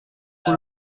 pour